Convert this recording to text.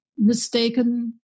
Mistaken